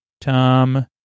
Tom